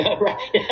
Right